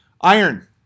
iron